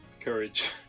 courage